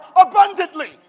abundantly